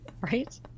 right